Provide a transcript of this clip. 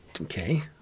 Okay